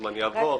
שהזמן יעבור.